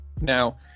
Now